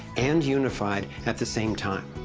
and unified, at the same time.